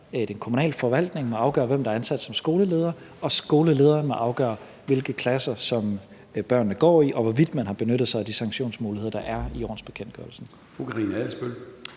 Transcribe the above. den kommunale forvaltning at afgøre, hvem der er ansat som skoleleder, og skolelederen må afgøre, hvilke klasser børnene går i, og hvorvidt man har benyttet sig af de sanktionsmuligheder, der er i ordensbekendtgørelsen.